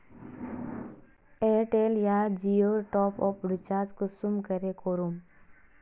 Airtel या जियोर top up recharge कुंसम करे करूम?